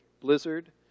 blizzard